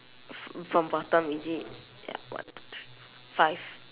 f~ from bottom is it ya one two three four five